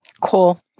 Cool